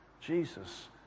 Jesus